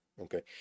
Okay